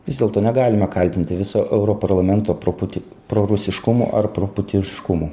vis dėlto negalime kaltinti viso europarlamento truputį prorusiškumu ar pro putiškumu